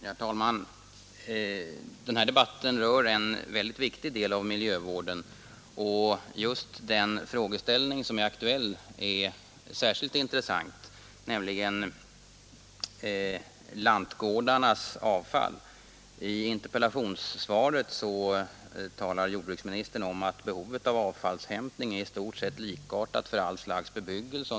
Herr talman! Den här debatten rör en mycket viktig del av miljövården, och just den frågeställning som är aktuell är särskilt intressant, nämligen lantgårdarnas avfall. I interpellationssvaret säger jordbruksministern att ”behovet av avfallshämtning är i stort sett likartat för all slags bebyggelse.